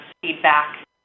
feedback